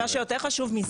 מה שיותר חשוב מזה,